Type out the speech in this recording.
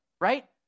right